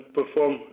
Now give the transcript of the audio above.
perform